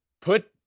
put